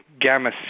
gamma